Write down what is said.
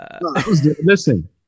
Listen